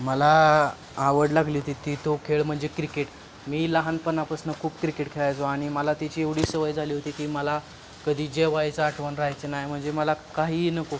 मला आवड लागली होती ती तो खेळ म्हणजे क्रिकेट मी लहानपणापासनं खूप क्रिकेट खेळायचो आणि मला त्याची एवढी सवय झाली होती की मला कधी जेवायचं आठवण राहायची नाही म्हणजे मला काहीही नको